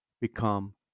become